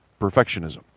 perfectionism